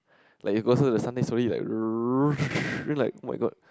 like you closer to the sun then slowly like then like [oh]-my-god